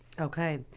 Okay